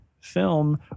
film